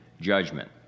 judgment